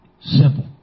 Simple